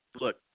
look